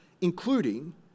including